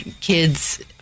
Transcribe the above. kid's